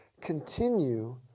continue